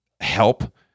help